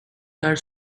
are